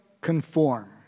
conform